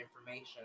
information